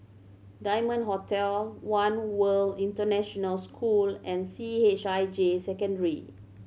Diamond Hotel One World International School and C H I J Secondary